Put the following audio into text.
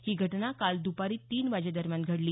ही घटना काल दुपारी तीन वाजेदरम्यान घडली